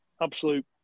absolute